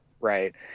Right